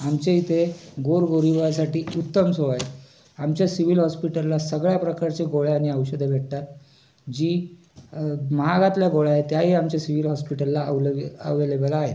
आमच्या इथे गोरगोरिबासाठी उत्तम सोय आहे आमच्या सिविल हॉस्पिटलला सगळ्या प्रकारच्या गोळ्या आणि औषधं भेटतात जी महागातल्या गोळ्याय त्याही आमच्या सिविल हॉस्पिटलला आवलबे आवलेबल आहेत